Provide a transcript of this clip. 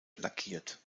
lackiert